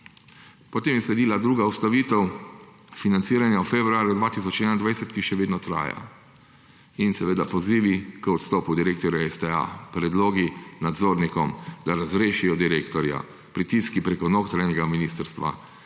Potem je sledila druga ustavitev financiranja v februarja 2021, ki še vedno traja in seveda pozivi k odstopu direktorja STA, predlogi nadzornikom, da razrešijo direktorja, pritiski preko notranjega ministrstva,